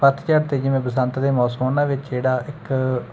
ਪੱਤਝੜ ਅਤੇ ਜਿਵੇਂ ਬਸੰਤ ਦੇ ਮੌਸਮ ਉਹਨਾਂ ਵਿੱਚ ਜਿਹੜਾ ਇੱਕ